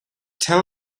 tell